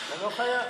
אתה לא חייב.